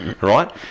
right